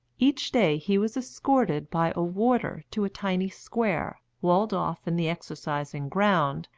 each day he was escorted by a warder to a tiny square, walled off in the exercising ground,